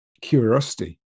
curiosity